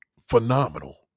phenomenal